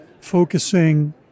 focusing